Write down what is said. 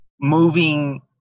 moving